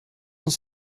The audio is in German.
uns